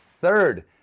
third